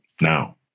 now